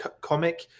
comic